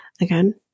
Again